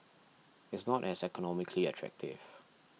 it's not as economically attractive